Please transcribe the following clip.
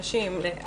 לנשים,